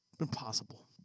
impossible